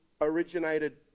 originated